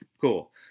Cool